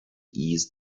ease